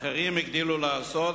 אחרים הגדילו לעשות,